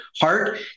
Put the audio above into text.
Heart